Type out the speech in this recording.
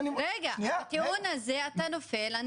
סליחה, בטיעון הזה אתה נופל.